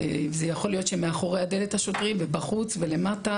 יכול להיות שמאחורי הדלת השוטרים ובחוץ ולמטה,